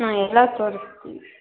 ಹಾಂ ಎಲ್ಲ ತೋರಿಸ್ತೀವಿ